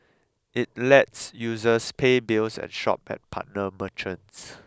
it lets users pay bills and shop at partner merchants